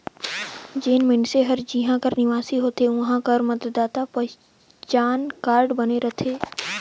जेन मइनसे हर जिहां कर निवासी होथे उहां कर मतदाता पहिचान कारड बने रहथे